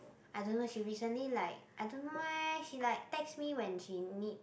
I don't know she recently like I don't know eh she like text me when she need